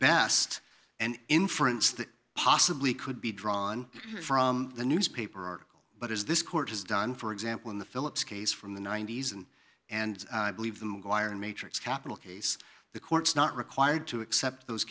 best and inference that possibly could be drawn from the newspaper article but as this court has done for example in the phillips case from the ninety's and and i believe the mcguire and matrix capital case the court's not required to accept those